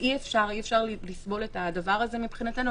אי-אפשר לסבול את הדבר הזה מבחינתנו,